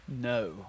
No